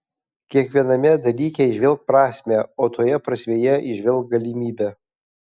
kiekviename dalyke įžvelk prasmę o toje prasmėje įžvelk galimybę